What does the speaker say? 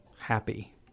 happy